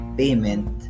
payment